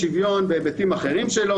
היבטים,